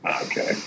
Okay